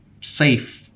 safe